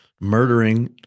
murdering